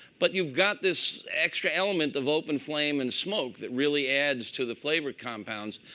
but you've got this extra element of open flame and smoke that really adds to the flavor compounds.